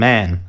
Man